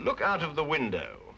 look out of the window